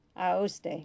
Aoste